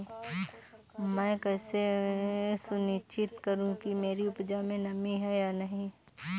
मैं कैसे सुनिश्चित करूँ कि मेरी उपज में नमी है या नहीं है?